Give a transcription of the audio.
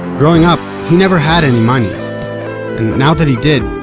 growing up, he never had any money. and now that he did,